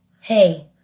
hey